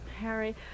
Harry